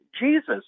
Jesus